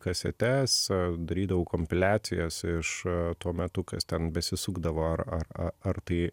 kasetes darydavau kompiliacijas iš tuo metu kas ten besisukdavo ar ar ar tai